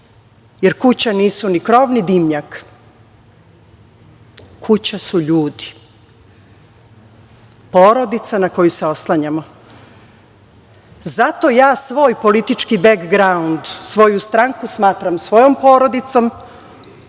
jer kuća nisu ni krov ni dimnjak, kuća su ljudi, porodica na koju se oslanjamo i zato ja svoj politički begraund, svoju stranku smatram svojom porodicom,